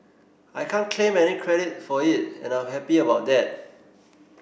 I can't claim any credit for it and I'm happy about that